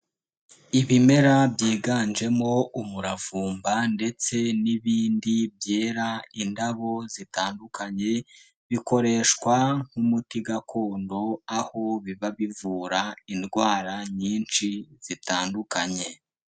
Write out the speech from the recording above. Ibimera byiganjemo umuravumba ndetse n'ibindi byera indabo zitandukanye, bikoreshwa nk'umuti gakondo, aho biba bivura indwara nyinshi zitandukanye.